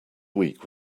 week